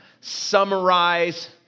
summarize